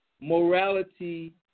morality